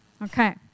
Okay